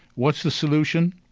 what's the solution?